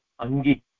angi